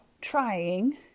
trying